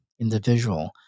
individual